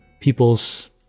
people's